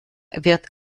wird